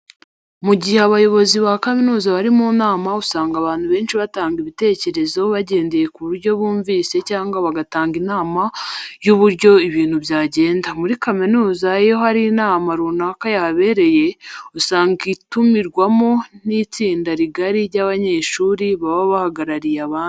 Mu gihe abayobozi ba kaminuza bari mu nama usanga abantu benshi batanga ibitekerezo bagendeye ku byo bumvise cyangwa bagatanga inama y'uburyo ibintu byagenda. Muri kaminuza iyo hari inama runaka yahabereye, usanga itumirwamo n'itsinda rigari ry'abanyeshuri baba bahagarariye abandi.